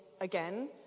again